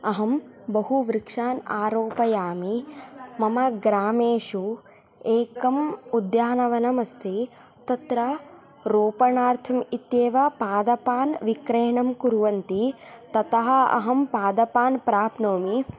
अहं बहु वृक्षान् अरोपयामि मम ग्रामेषु एकम् उद्यानवनम् अस्ति तत्र रोपणार्थम् इत्येव पादपान् विक्रयणं कुर्वन्ति ततः अहं पादपान् प्राप्नोमि